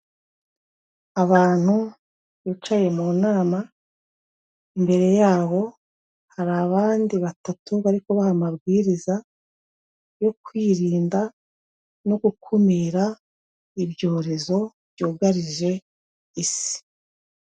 Abantu bicaye mu nama imbere yaho hari abandi batatu bari kubaha amabwiriza yo kwirinda no gukumira ibyorezo byugarije isi.